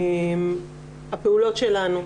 הפעולות שלנו,